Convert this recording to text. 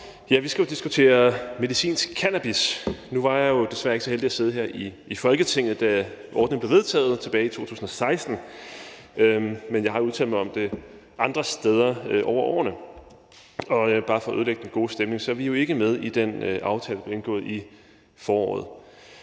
Vi skal jo diskutere medicinsk cannabis. Nu var jeg jo desværre ikke så heldig at sidde her i Folketinget, da ordningen blev vedtaget tilbage i 2016, men jeg har udtalt mig om det andre steder over årene. Og bare for at ødelægge den gode stemning kan jeg sige, at vi jo ikke er med i den aftale, der blev indgået i foråret.